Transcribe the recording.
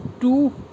two